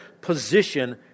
position